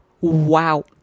Wow